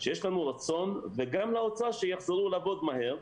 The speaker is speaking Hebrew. שיש לנו רצון וגם לאוצר שהם יחזרו לעבוד מהר,